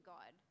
God